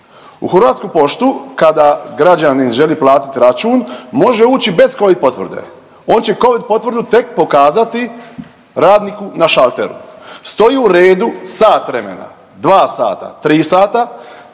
u Hrvatskoj poštu kada građanin želi platiti račun može ući bez covid potvrde, on će covid potvrdu tek pokazati radniku na šalteru. Stoji u redu sat, vremena, dva sata, tri sata